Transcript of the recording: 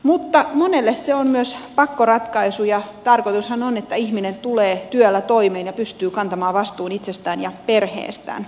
mutta monelle se on myös pakkoratkaisu ja tarkoitushan on että ihminen tulee työllä toimeen ja pystyy kantamaan vastuun itsestään ja perheestään